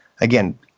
Again